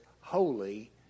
holy